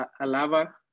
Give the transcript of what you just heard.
Alava